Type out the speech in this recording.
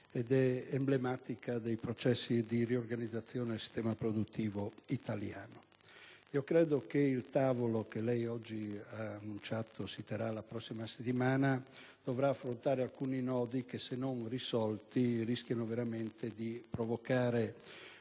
ed è emblematica dei processi di riorganizzaizone del sistema produttivo italiano. Credo che il tavolo che lei oggi ha annunciato, e che si terrà la prossima settimana, dovrà affrontare alcuni nodi che, se non risolti, rischiano veramente di provocare